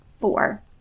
four